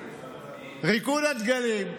ריקוד הדגלים.